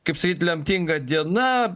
kaip sakyt lemtinga diena